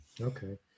Okay